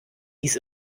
dies